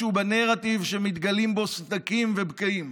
משהו בנרטיב שמתגלים בו סדקים ובקעים.